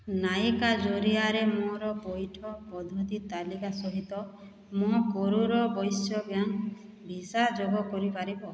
ନାୟକା ଜରିଆରେ ମୋର ପୈଠ ପଦ୍ଧତି ତାଲିକା ସହିତ ମୋ କରୂର ବୈଶ୍ୟ ବ୍ୟାଙ୍କ ଭିସା ଯୋଗ କରିପାରିବ